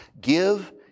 Give